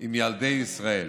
עם ילדי ישראל.